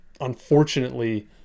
unfortunately